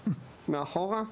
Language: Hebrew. מאחורה.